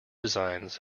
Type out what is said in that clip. designs